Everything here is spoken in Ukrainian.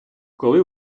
коли